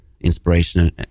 inspiration